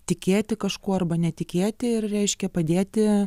tikėti kažkuo arba netikėti ir reiškia padėti